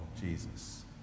Jesus